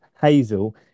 Hazel